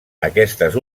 aquestes